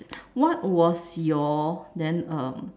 what was your then um